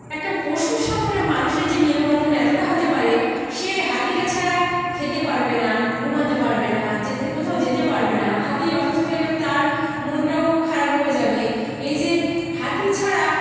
একটা পশুর সাথে একটা মানুষের যে মেলবন্ধন এতটা হতে পারে সে হাতিটা ছাড়া খেতে পারবে না ঘুমোতে পারবে না যেতে কোথাও যেতে পারবে না হাতি অসুস্থ হয়ে গেলে তার মনটাও খারাপ হয়ে যাবে এই যে হাতি ছাড়া